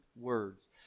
words